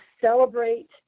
celebrate